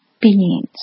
beings